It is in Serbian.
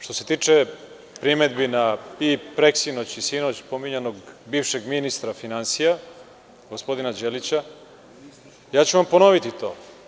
Što se tiče primedbi, i preksinoć i sinoć, pominjanog bivšeg ministra finansija gospodina Đelića, ja ću vam ponoviti to.